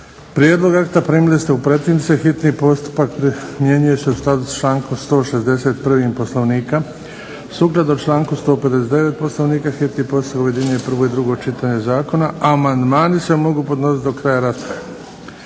Prijedlog akta primili ste u pretince. Hitni postupak primjenjuje se u skladu s člankom 161. Poslovnika. Sukladno članku 159. Poslovnika hitni postupak objedinjuje prvo i drugo čitanje zakona. Amandmani se mogu podnositi do kraja rasprave.